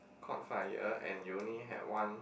caught fire and you only had one